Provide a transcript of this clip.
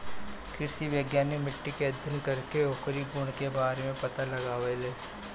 कृषि वैज्ञानिक मिट्टी के अध्ययन करके ओकरी गुण के बारे में पता लगावेलें